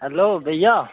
hello भेइया